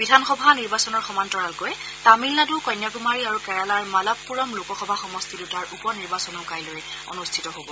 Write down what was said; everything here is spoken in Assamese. বিধানসভা নিৰ্বাচনৰ সমান্তৰালকৈ তামিলনাডু কন্যাকুমাৰী আৰু কেৰালাৰ মালাপ্পৰম লোকসভা সমষ্টি দুটাৰ উপনিৰ্বাচনো কাইলৈ অনুষ্ঠিত হ'ব